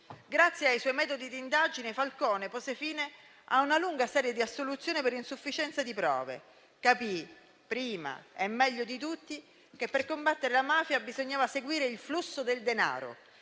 Grazie ai suoi metodi di indagine, Falcone pose fine a una lunga serie di assoluzioni per insufficienza di prove. Capì prima e meglio di tutti che per combattere la mafia bisognava seguire il flusso del denaro